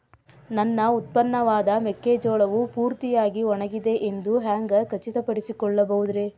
ನನ್ನ ಉತ್ಪನ್ನವಾದ ಮೆಕ್ಕೆಜೋಳವು ಪೂರ್ತಿಯಾಗಿ ಒಣಗಿದೆ ಎಂದು ಹ್ಯಾಂಗ ಖಚಿತ ಪಡಿಸಿಕೊಳ್ಳಬಹುದರೇ?